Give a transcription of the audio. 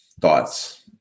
thoughts